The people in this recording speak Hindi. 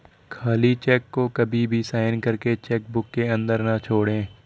खाली चेक को कभी भी साइन करके चेक बुक के अंदर न छोड़े